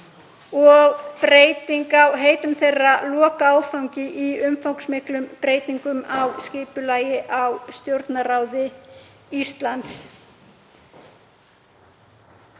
á heitum þeirra lokaáfangi í umfangsmiklum breytingum á skipulagi Stjórnarráðs Íslands.